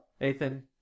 Ethan